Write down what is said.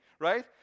right